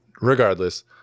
regardless